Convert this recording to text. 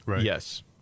Yes